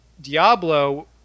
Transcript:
Diablo